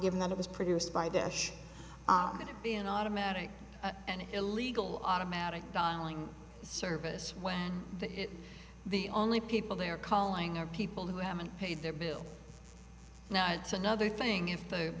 given that it was produced by the ash are going to be an automatic and illegal automatic dialing service when the only people they are calling are people who haven't paid their bill now it's another thing if the